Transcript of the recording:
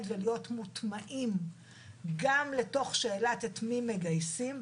ולהיות מוטמעים גם לתוך שאלת את מי מגייסים,